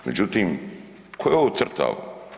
Međutim, ko je ovo crtao?